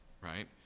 right